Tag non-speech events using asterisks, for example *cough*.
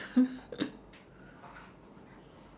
*laughs*